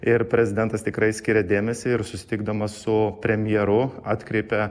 ir prezidentas tikrai skiria dėmesį ir susitikdamas su premjeru atkreipia